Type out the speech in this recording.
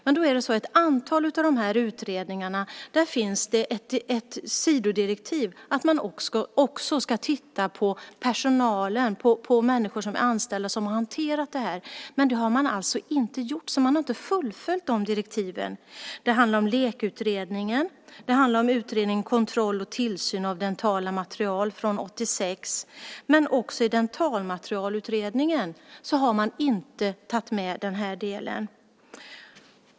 I ett antal av utredningarna finns ett sidodirektiv om att man också ska titta på människor som är anställda som har hanterat detta, men det har man alltså inte gjort. Så man har inte fullföljt direktiven. Det handlar om LEK-utredningen. Det handlar om utredningen Kontroll och tillsyn av dentala material från 1986. Men inte heller dentalmaterialutredningen har tagit med den här delen.